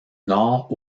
nord